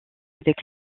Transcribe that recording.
avec